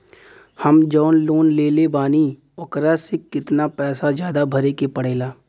हम जवन लोन लेले बानी वोकरा से कितना पैसा ज्यादा भरे के पड़ेला?